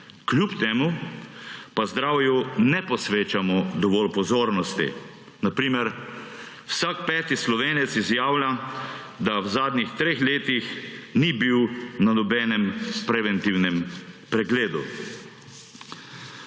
Kljub temu pa zdravju ne posvečamo dovolj pozornosti. Na primer, vsak peti Slovenec izjavlja, da v zadnjih treh letih ni bil na nobenem preventivnem pregledu.